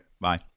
Bye